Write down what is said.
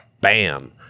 bam